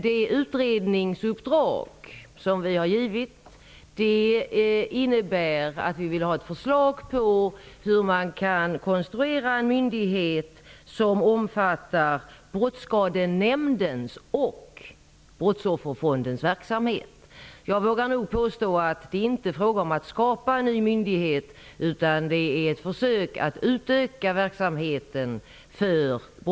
Det utredningsuppdrag som vi har givit innebär att vi vill ha ett förslag om hur man kan konstruera en myndighet som omfattar Brottsskadenämndens och en brottsofferfonds verksamhet. Jag vågar nog påstå att det inte är fråga om att skapa en ny myndighet, utan det är ett försök att utöka verksamheten för